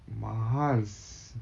mahal